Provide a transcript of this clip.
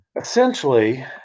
essentially